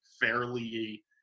fairly